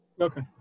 Okay